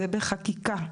היא בחקיקה,